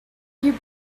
you